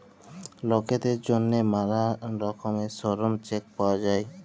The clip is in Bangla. লকদের জ্যনহে ম্যালা রকমের শরম চেক পাউয়া যায়